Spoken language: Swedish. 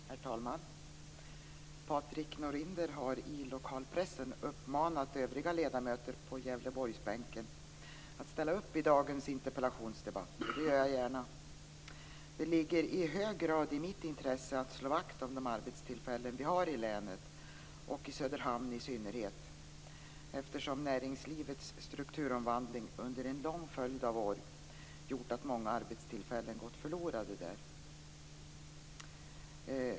Herr talman! Patrik Norinder har i lokalpressen uppmanat övriga ledamöter på Gävleborgsbänken att ställa upp i dagens interpellationsdebatt. Det gör jag gärna. Det ligger i hög grad i mitt intresse att slå vakt om de arbetstillfällen vi har i länet och i synnerhet i Söderhamn eftersom näringslivets strukturomvandling under en lång följd av år gjort att många arbetstillfällen gått förlorade där.